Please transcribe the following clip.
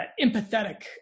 empathetic